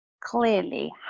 clearly